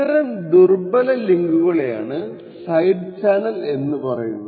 ഇത്തരം ദുർബല ലിങ്കുകളെയാണ് സൈഡ് ചാനൽ എന്ന പറയുന്നത്